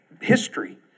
history